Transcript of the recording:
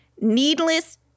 needless